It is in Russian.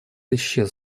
исчез